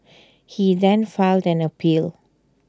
he then filed an appeal